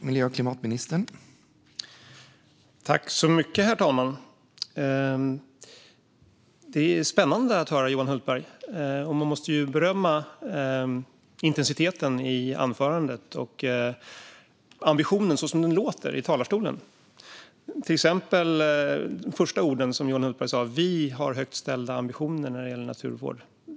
Herr talman! Det är spännande att höra Johan Hultberg. Intensiteten i anförandet och ambitionen, som den låter i talarstolen, måste berömmas. Till exempel sa Johan Hultberg i början: "Vi har högt ställda ambitioner . när det gäller naturvård."